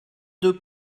deux